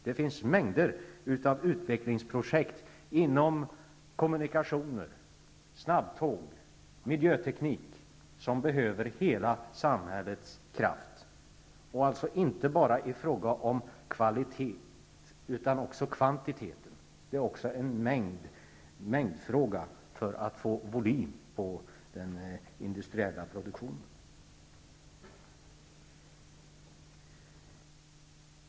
Det finns mängder av utvecklingsprojekt avseende kommunikationer, t.ex. snabbtåg, och miljöteknik som behöver samhällets hela kraft, inte bara i fråga om kvalitet utan också i fråga om kvantitet. Det är också en mängdfråga, som gäller möjligheterna att få volym på den industriella produktionen.